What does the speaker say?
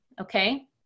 okay